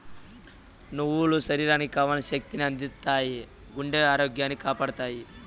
నువ్వులు శరీరానికి కావల్సిన శక్తి ని అందిత్తాయి, గుండె ఆరోగ్యాన్ని కాపాడతాయి